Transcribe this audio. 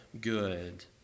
good